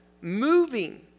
moving